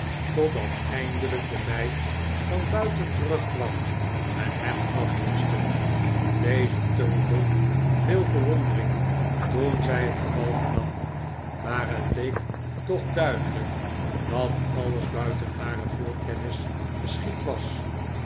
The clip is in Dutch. totdat eindelijk de meid van buiten terugkwam en hem afioste deze toonde veel verwondering toen zij het geval vernam maar het bleek toch duidelijk dat alles buiten hare voorkennis geschied was